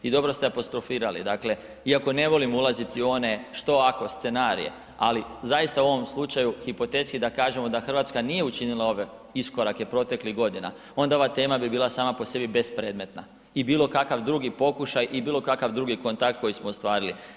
I dobro ste apostrofirali, dakle iako ne volim ulazit u one „što ako“ scenarije, ali zaista u ovom slučaju, hipotetski da kažemo da Hrvatska nije učinila nije ove iskorake proteklih godina, onda ova tema bi bila sama po sebi bespredmetna i bilokakva drugi pokušaj i bilokakav drugi kontakt koji smo ostvarili.